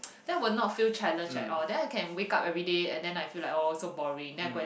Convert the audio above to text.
that will not feel challenge at all then I can wake up everyday and then I feel like oh so boring then I go and